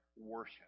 worship